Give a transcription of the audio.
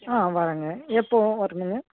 ஆ வரங்க எப்போ வரணுங்க